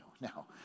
Now